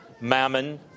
Mammon